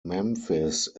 memphis